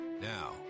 Now